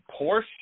Porsche